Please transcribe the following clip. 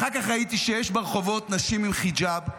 אחר כך ראיתי שיש ברחובות נשים עם חיג'אב,